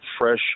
fresh